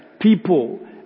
People